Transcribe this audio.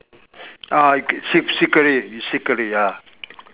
ah see see clearly you see clearly ah